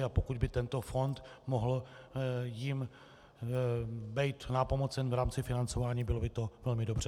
A pokud by tento fond mohl jim být nápomocen v rámci financování, bylo by to velmi dobře.